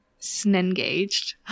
snengaged